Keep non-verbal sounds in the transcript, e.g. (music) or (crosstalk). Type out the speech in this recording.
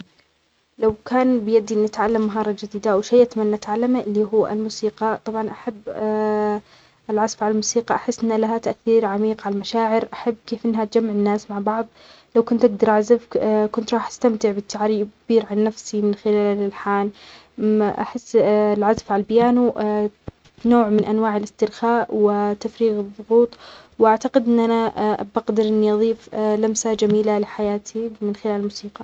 لو كان بيدي نتعلم مهارة جديدة أو شي اتمنى اتعلمه اللي هو الموسيقى. طبعاً أحب (hesitation) العزف على الموسيقى. أحس أنه لها تأثير عميق على المشاعر. أحب كيف إنها تجمع الناس مع بعض. لو كنت أقدر أعزف ك (hesitation) كنت راح أستمتع بالتعريف كبير عن نفسي من خلال الالحان. أحس (hesitation) العزف على البيانو (hesitation) نوع من أنواع الاسترخاء وتفريغ الضغوط. وأعتقد أن أنا (hesitation) بقدر أن أضيف (hesitation) لمسة جميلة لحياتي من خلال الموسيقى